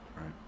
right